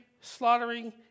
slaughtering